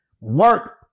work